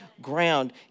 ground